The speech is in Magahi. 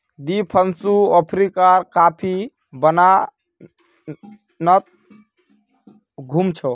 दीपांशु अफ्रीकार कॉफी बागानत घूम छ